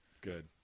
Good